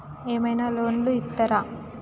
ఏమైనా లోన్లు ఇత్తరా?